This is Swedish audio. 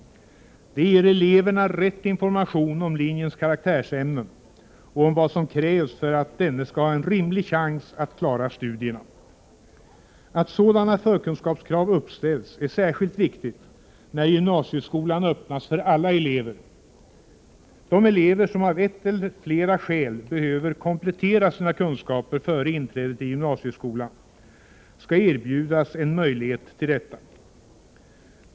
Det ger eleven rätt information om linjens karaktärsämnen och om vad som krävs för att denne skall ha en rimlig chans att klara studierna. Att sådana förkunskapskrav uppställs är särskilt viktigt när gymnasieskolan öppnas för alla elever. De elever som av ett eller flera skäl behöver komplettera sina kunskaper före inträdet i gymnasieskolan skall erbjudas en möjlighet till detta.